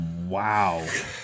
Wow